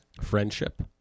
friendship